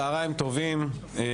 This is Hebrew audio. צהרים טובים,